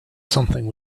something